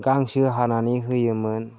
गांसो हानानै होयोमोन